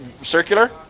circular